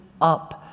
up